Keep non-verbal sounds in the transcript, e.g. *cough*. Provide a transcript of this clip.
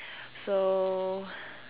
*breath* so *breath*